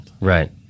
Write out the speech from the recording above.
right